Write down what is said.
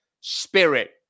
spirit